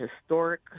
historic